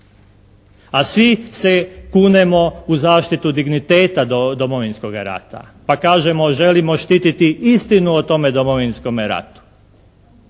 A svi se kunemo u zaštitu digniteta Domovinskoga rata pa kažemo želimo štititi istinu o tome Domovinskome ratu.